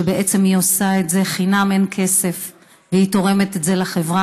שבעצם היא עושה את זה חינם אין כסף והיא תורמת את זה לחברה,